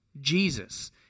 Jesus